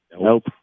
Nope